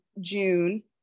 June